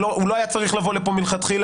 הוא לא היה צריך לבוא לפה מלכתחילה.